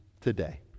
today